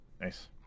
nice